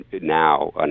now